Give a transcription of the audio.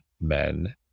men